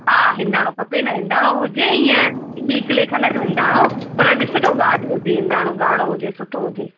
हा हिंदाणो खपे न हिंदाड़ो हुजे ईअं ॿी किले खनि जो हिंदाणो पर ॾिसजो ॻाड़ो हुजे हिंदाणो ॻाड़ो हुजे सुठो हुजे